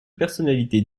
personnalités